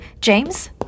James